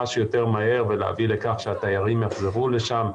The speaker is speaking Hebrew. שיותר מהר ולהביא לכך שהתיירים יחזרו לשם.